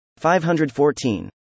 514